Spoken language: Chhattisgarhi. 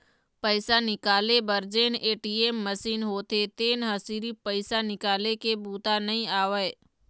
पइसा निकाले बर जेन ए.टी.एम मसीन होथे तेन ह सिरिफ पइसा निकाले के बूता नइ आवय